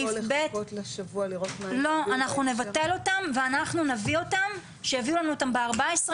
נבטל אותם ושיביאו לנו אותן בארבע עשרה